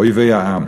אויבי העם.